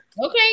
Okay